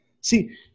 see